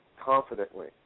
confidently